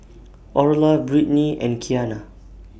Orla Britni and Kiana